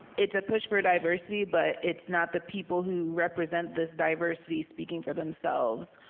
it's a push for diversity but it's not the people who represent this diversity speaking for themselves.